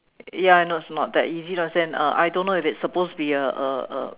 ya I know it's not that easy as in I don't know if it's supposed to be a a